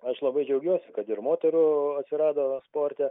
aš labai džiaugiuosi kad ir moterų atsirado sporte